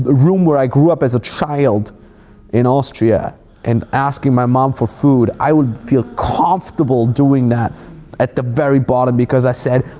room where i grew up as a child in austria and asking my mom for food, i would feel comfortable doing that at the very bottom, because i said,